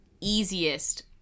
easiest